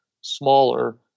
smaller